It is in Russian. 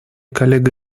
коллега